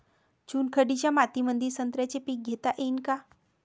चुनखडीच्या मातीमंदी संत्र्याचे पीक घेता येईन का?